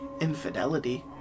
infidelity